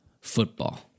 football